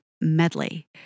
medley